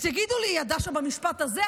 אז יגידו לי: הוא ידע שבמשפט הזה,